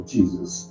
Jesus